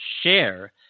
share